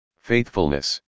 Faithfulness